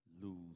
lose